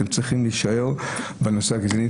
אתם צריכים להישאר בנושא הגזעני,